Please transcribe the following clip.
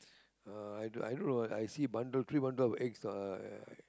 uh i don't i don't know I see bundle three bundle of eggs ah I